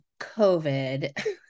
COVID